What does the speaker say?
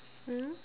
mm